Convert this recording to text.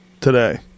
today